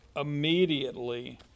immediately